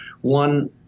one